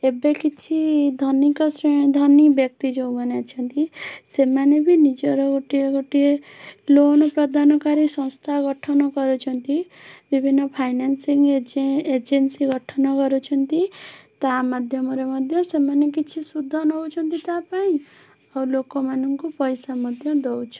ଏବେ କିଛି ଧନୀକ ଶ୍ରେଣୀ ଧନୀ ବ୍ୟକ୍ତି ଯୋଉମାନେ ଅଛନ୍ତି ସେମାନେ ବି ନିଜର ଗୋଟିଏ ଗୋଟିଏ ଲୋନ୍ ପ୍ରଦାନକାରି ସଂସ୍ଥା ଗଠନ କରୁଛନ୍ତି ବିଭିନ୍ନ ଫାଇନାନ୍ସସିଂ ଏଜେ ଏଜେନ୍ସି ଗଠନ କରୁଛନ୍ତି ତା ମାଧ୍ୟମରେ ମଧ୍ୟ ସେମାନେ କିଛି ସୁଧ ନେଉଛନ୍ତି ତା'ପାଇଁ ଆଉ ଲୋକମାନଙ୍କୁ ପଇସା ମଧ୍ୟ ଦେଉଛନ୍ତି